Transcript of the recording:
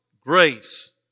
Grace